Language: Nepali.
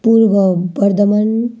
पूर्व बर्धमान